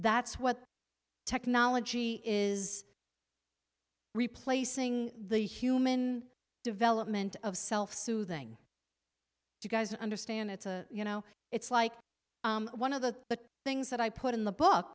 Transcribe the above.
that's what technology is replacing the human development of self soothing you guys understand it's a you know it's like one of the things that i put in the book